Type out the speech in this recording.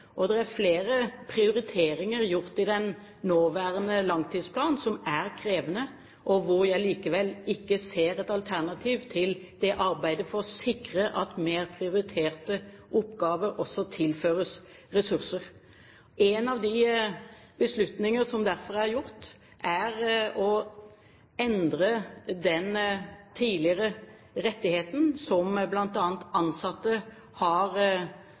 er flere prioriteringer som er gjort i den nåværende langtidsplanen som er krevende, og hvor jeg likevel ikke ser et alternativ til arbeidet med å sikre at mer prioriterte oppgaver også tilføres ressurser. En av de beslutninger som derfor er gjort, er å endre den tidligere rettigheten som bl.a. ansatte har